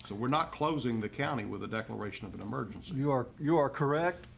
so we're not closing the county with a declaration of an emergency. you are you are correct.